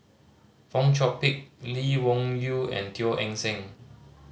Fong Chong Pik Lee Wung Yew and Teo Eng Seng